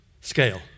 scale